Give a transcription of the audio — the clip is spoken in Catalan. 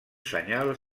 senyal